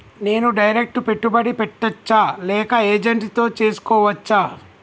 నేను డైరెక్ట్ పెట్టుబడి పెట్టచ్చా లేక ఏజెంట్ తో చేస్కోవచ్చా?